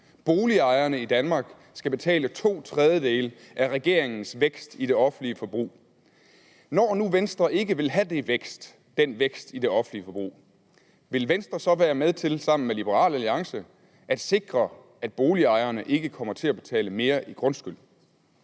Boligejerne i Danmark skal betale to tredjedele af regeringens vækst i det offentlige forbrug. Når nu Venstre ikke vil have den vækst i det offentlige forbrug, vil Venstre så være med til sammen med Liberal Alliance at sikre, at boligejerne ikke kommer til at betale mere i grundskyld?